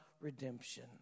redemption